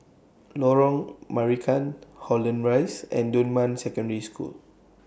Lorong Marican Holland Rise and Dunman Secondary School